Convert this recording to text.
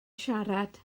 siarad